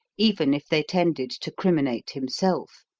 even if they tended to criminate himself.